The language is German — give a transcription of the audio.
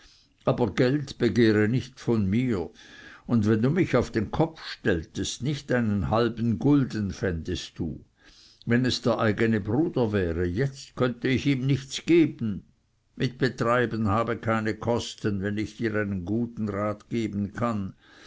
aber geld begehre nicht von mir und wenn du mich auf den kopf stelltest nicht einen halben gulden fändest du wenn es der eigene bruder wäre jetzt könnte ich ihm nichts geben mit betreiben habe keine kosten wenn ich dir einen guten rat geben kann